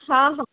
हां हां